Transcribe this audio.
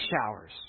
showers